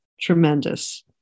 tremendous